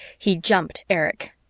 he jumped erich.